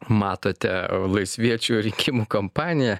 matote a laisviečių rinkimų kampaniją